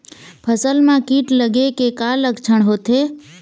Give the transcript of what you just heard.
फसल म कीट लगे के का लक्षण होथे?